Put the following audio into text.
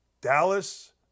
Dallas